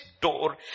door